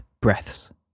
breaths